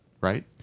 right